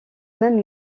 même